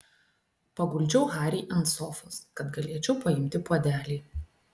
paguldžiau harį ant sofos kad galėčiau paimti puodelį